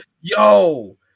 Yo